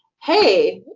hey,